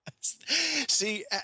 See